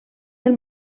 del